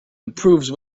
improves